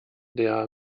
der